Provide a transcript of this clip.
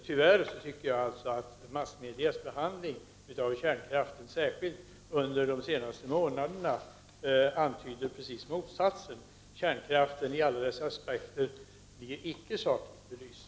Tyvärr anser jag att massmedias behandling av kärnkraften, särskilt under de senaste månaderna pekar på motsatsen: Kärnkraften med alla dess aspekter blir icke sakligt belyst.